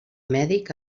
mèdic